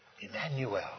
Emmanuel